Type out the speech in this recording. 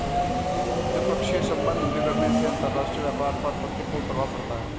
द्विपक्षीय संबंध बिगड़ने से अंतरराष्ट्रीय व्यापार पर प्रतिकूल प्रभाव पड़ता है